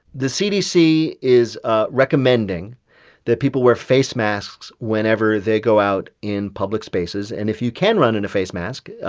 the cdc is ah recommending that people wear face masks whenever they go out in public spaces, and if you can run in a face mask,